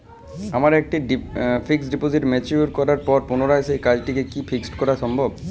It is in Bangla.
আমার একটি ফিক্সড ডিপোজিট ম্যাচিওর করার পর পুনরায় সেই টাকাটিকে কি ফিক্সড করা সম্ভব?